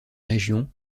régions